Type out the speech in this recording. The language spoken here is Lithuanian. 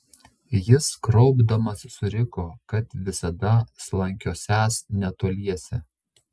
jis kraupdamas suriko kad visada slankiosiąs netoliese